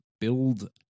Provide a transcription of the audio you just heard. build